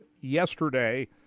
yesterday